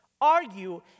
argue